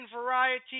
Variety